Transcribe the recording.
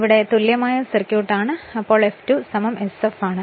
ഇവിടെ അത് ഇപ്പോൾ തുല്യമായ സർക്യൂട്ട് ആണ് ഇപ്പോൾ അത് F2 sf ആണ്